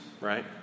right